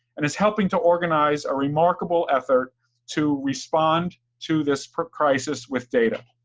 and is helping to organize a remarkable effort to respond to this crisis with data.